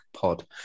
pod